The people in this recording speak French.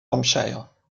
hampshire